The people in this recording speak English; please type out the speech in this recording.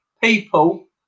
people